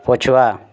ପଛୁଆ